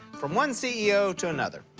from one ceo to another.